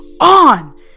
on